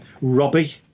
Robbie